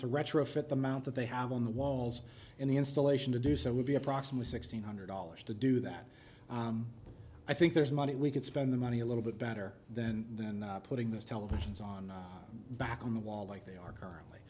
to retrofit the mount that they have on the walls and the installation to do so would be approximately sixteen hundred dollars to do that i think there's money we could spend the money a little bit better then then putting those televisions on back on the wall like they are currently